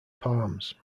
palms